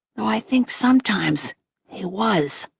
though i think sometimes he was.